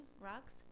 rocks